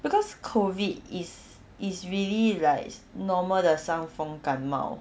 because COVID is is really like normal 的伤风感冒